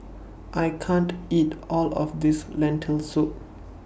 I can't eat All of This Lentil Soup